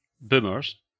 Boomers